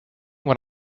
what